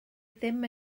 ddim